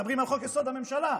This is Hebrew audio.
מדברים על חוק-יסוד: הממשלה,